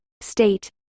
state